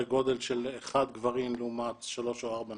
גודל של גבר אחד לעומת שלוש או ארבע נשים.